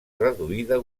reduïda